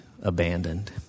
abandoned